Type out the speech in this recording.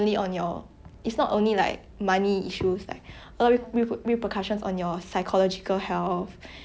and like ya it's like 你看那种 drama 很多 like 他们讲 oh 那个穷人穷的 but